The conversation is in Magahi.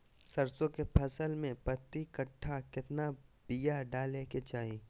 सरसों के फसल में प्रति कट्ठा कितना बिया डाले के चाही?